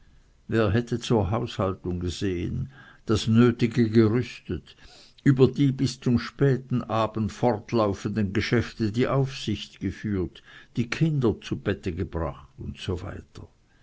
wer hätte zur haushaltung gesehen das nötige gerüstet über die bis zum späten abend fortlaufenden geschäfte die aufsicht geführt die kinder zu bette gebracht usw